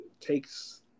takes